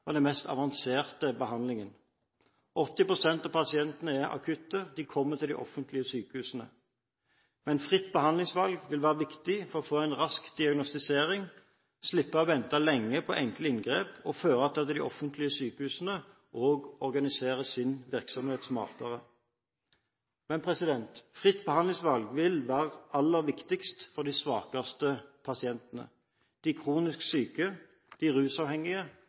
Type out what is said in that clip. og den mest avanserte behandlingen. 80 pst. av pasientene er akutte – de kommer til de offentlige sykehusene. Men fritt behandlingsvalg vil være viktig for å få en rask diagnostisering og for å slippe å vente lenge på enkle inngrep, og vil føre til at de offentlige sykehusene også organiserer sin virksomhet smartere. Men fritt behandlingsvalg vil være aller viktigst for de svakeste pasientene – de kronisk syke, de rusavhengige